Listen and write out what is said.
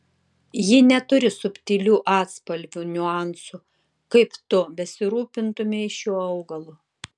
ji neturi subtilių atspalvių niuansų kaip tu besirūpintumei šiuo augalu